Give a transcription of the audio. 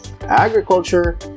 agriculture